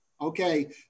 Okay